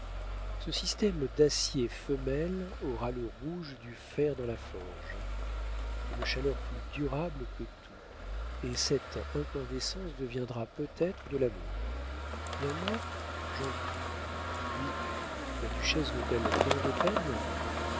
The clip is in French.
ce système d'acier femelle aura le rouge du fer dans la forge une chaleur plus durable que toute autre et cette incandescence deviendra peut-être de l'amour néanmoins j'en doute puis la duchesse vaut-elle tant de peines